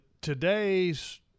today's